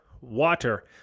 water